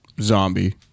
Zombie